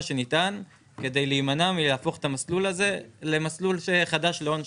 שניתן כדי להימנע מלהפוך את המסלול הזה למסלול חדש להון שחור,